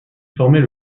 formait